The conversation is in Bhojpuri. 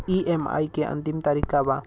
ई.एम.आई के अंतिम तारीख का बा?